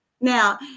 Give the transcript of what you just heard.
Now